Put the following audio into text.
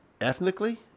Ethnically